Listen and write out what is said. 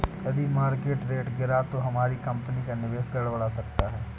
यदि market rate गिरा तो हमारी कंपनी का निवेश गड़बड़ा सकता है